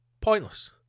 pointless